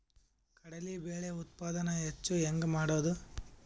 ಕಡಲಿ ಬೇಳೆ ಉತ್ಪಾದನ ಹೆಚ್ಚು ಹೆಂಗ ಮಾಡೊದು?